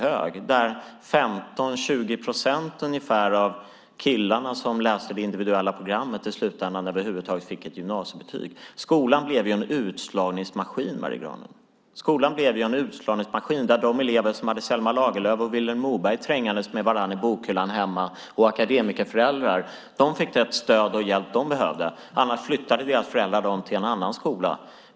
Endast ungefär 15-20 procent av de killar som läser det individuella programmet fick i slutändan över huvud taget ett gymnasiebetyg. Skolan blev en utslagningsmaskin, Marie Granlund. Den blev en utslagningsmaskin där de elever som hade Selma Lagerlöf och Vilhelm Moberg trängandes med varandra i bokhyllan hemma och som hade akademikerföräldrar fick det stöd och den hjälp de behövde. Annars flyttade deras föräldrar dem till en annan skola.